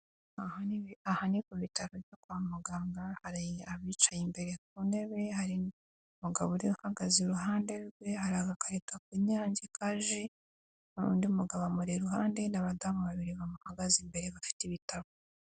Aha ni ku bitaro byo kwa muganga, hari abicaye imbere ku ntebe, hari umugabo uhagaze iruhande rwe, hari agakaritok'Inyange ka ji, undi mugabo amureba iruhande n'abadamu babiri bamuhagaze imbere bafite ibitabo.